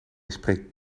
spreekt